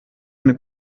eine